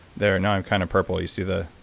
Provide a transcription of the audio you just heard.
they are not kind of purple. you see the.